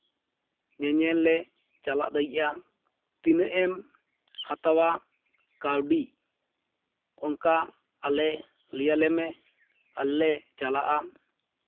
ᱧᱮᱧᱮᱞ ᱞᱮ ᱪᱟᱞᱟᱜ ᱞᱟᱹᱜᱤᱫᱼᱟ ᱛᱤᱱᱟᱹᱜ ᱮᱢ ᱦᱟᱛᱟᱣᱟ ᱠᱟᱹᱣᱰᱤ ᱚᱱᱠᱟ ᱟᱞᱮ ᱞᱟᱹᱭ ᱟᱞᱮ ᱢᱮ ᱟᱞᱮ ᱞᱮ ᱪᱟᱞᱟᱜᱼᱟ